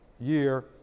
year